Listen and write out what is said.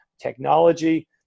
technology